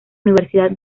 universidad